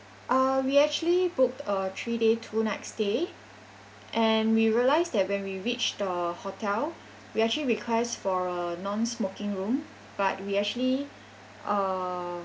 uh we actually booked a three day two night stay and we realize that when we reach the hotel we actually request for a non-smoking room but we actually uh